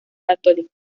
católico